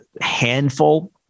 handful